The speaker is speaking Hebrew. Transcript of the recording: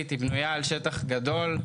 היא בנויה על שטח גדול.